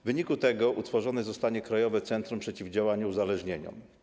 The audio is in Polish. W wyniku tego utworzone zostanie Krajowe Centrum Przeciwdziałania Uzależnieniom.